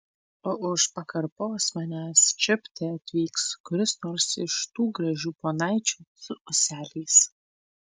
o už pakarpos manęs čiupti atvyks kuris nors iš tų gražių ponaičių su ūseliais